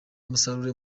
musaruro